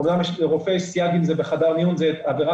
אמנם לרופא יש סייג שאם זה בחדר מיון זו עבירה